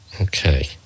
Okay